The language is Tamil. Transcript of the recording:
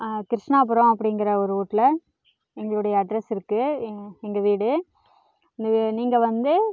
கிருஷ்ணாபுரம் அப்படிங்கிற ஒரு ஊரில் எங்களுடைய அட்ரெஸ் இருக்குது எங்கள் எங்கள் வீடு வே நீங்கள் வந்து